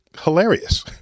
hilarious